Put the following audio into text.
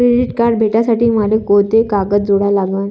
Credit card भेटासाठी मले कोंते कागद जोडा लागन?